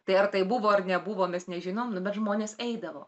tai ar tai buvo ar nebuvo mes nežinom bet žmonės eidavo